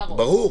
ברור.